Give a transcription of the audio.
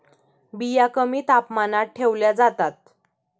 बिया कमी तापमानात ठेवल्या जातात